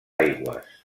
aigües